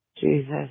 Jesus